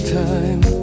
time